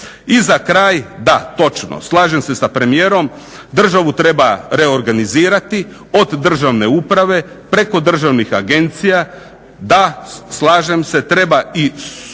I za kraj, da točno. Slažem se sa premijerom. Državu treba reorganizirati od državne uprave preko državnih agencija. Da slažem se treba i sudstvo